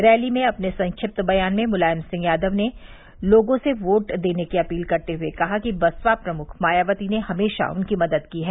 rally में अपने संक्षिप्त बयान में मुलायम सिंह यादव ने लोगों से वोट देने की अपील करते हुए कहा कि बसपा प्रमुख मायावती ने हमेशा उनकी मदद की है